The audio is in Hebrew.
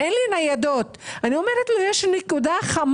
אני אומרת לו: "יש פה נקודה חמה",